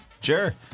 Sure